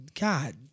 God